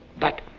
but,